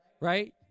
right